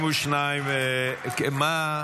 מה?